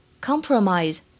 Compromise